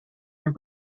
are